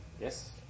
Yes